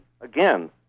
Again